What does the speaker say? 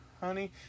Honey